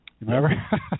remember